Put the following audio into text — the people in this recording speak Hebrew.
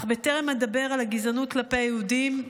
אך בטרם אדבר על הגזענות כלפי יהודים,